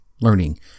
learning